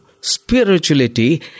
Spirituality